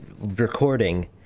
recording